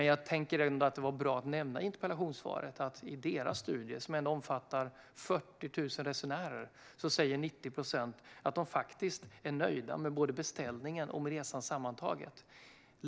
Jag tyckte ändå att det var bra att i interpellationssvaret nämna att enligt Svensk Kollektivtrafiks studie, som ändå omfattar 40 000 resenärer, säger 90 procent att de faktiskt är nöjda med både beställningen och med resan sammantaget.